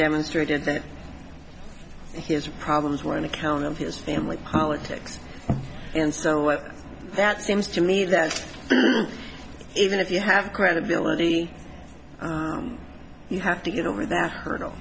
demonstrated that his problems were on account of his family politics and so what that seems to me that even if you have credibility you have to get over that hurdle